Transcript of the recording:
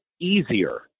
easier